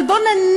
אבל בוא נניח,